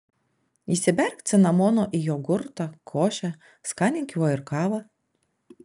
įsiberk cinamono į jogurtą košę skanink juo ir kavą